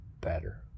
better